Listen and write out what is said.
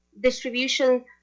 distribution